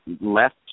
left